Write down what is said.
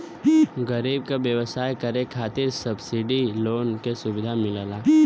गरीब क व्यवसाय करे खातिर सब्सिडाइज लोन क सुविधा मिलला